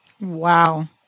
wow